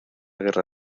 guerra